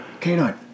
Canine